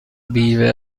بیوه